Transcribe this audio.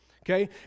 okay